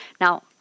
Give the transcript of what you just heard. Now-